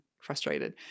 frustrated